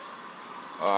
uh